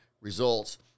results